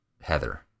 Heather